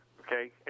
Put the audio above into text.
okay